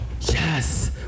Yes